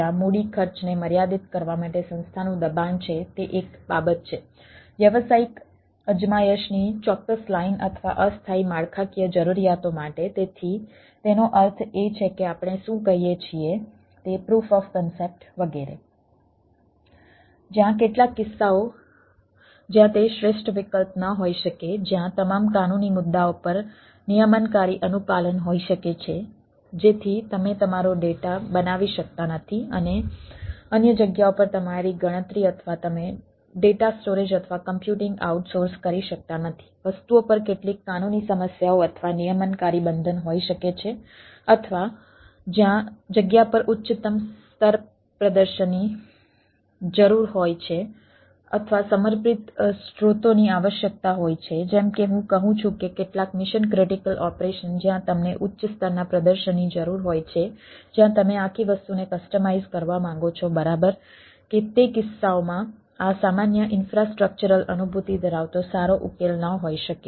જ્યાં કેટલાક કિસ્સાઓ જ્યાં તે શ્રેષ્ઠ વિકલ્પ ન હોઈ શકે જ્યાં તમામ કાનૂની મુદ્દાઓ પર નિયમનકારી અનુપાલન હોઈ શકે છે જેથી તમે તમારો ડેટા બનાવી શકતા નથી અન્ય જગ્યાઓ પર તમારી ગણતરી અથવા તમે ડેટા સ્ટોરેજ અથવા કમ્પ્યુટિંગ આઉટસોર્સ જ્યાં તમને ઉચ્ચ સ્તરના પ્રદર્શનની જરૂર હોય છે જ્યાં તમે આખી વસ્તુને કસ્ટમાઇઝ કરવા માંગો છો બરાબર કે તે કિસ્સાઓમાં આ સામાન્ય ઇન્ફ્રાસ્ટ્રક્ચરલ અનુભૂતિ ધરાવતો સારો ઉકેલ ન હોઈ શકે